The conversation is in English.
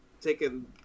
taking